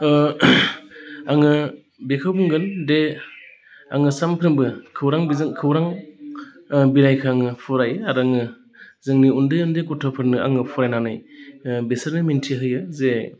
आङो बेखौ बुंगोन दि आङो सानफ्रोमबो खौरां बिजोंखौ खौरां बिलाइखो आङो फरायो आरो आङो जोंनि उन्दै उन्दै गथ'फोरनो आङो फरायनानै बिसोरनो मोन्थिहोयो जे